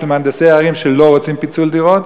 של מהנדסי הערים שלא רוצים פיצול דירות,